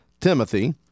Timothy